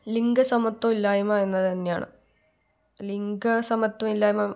ലിംഗ സമത്വം ഇല്ലായ്മ എന്നത് തന്നെയാണ് ലിംഗ സമത്വം ഇല്ലായ്മ